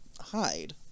hide